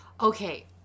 okay